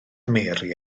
mary